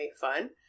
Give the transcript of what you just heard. fun